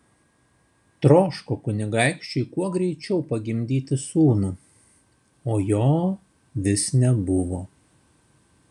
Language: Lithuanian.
troško kunigaikščiui kuo greičiau pagimdyti sūnų o jo vis nebuvo